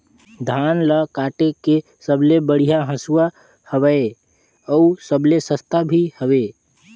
धान ल काटे के सबले बढ़िया हंसुवा हवये? अउ सबले सस्ता भी हवे?